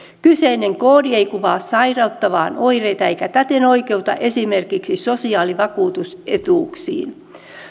kyseinen koodi ei kuvaa sairautta vaan oireita eikä täten oikeuta esimerkiksi sosiaalivakuutusetuuksiin